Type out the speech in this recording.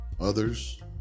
others